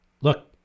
look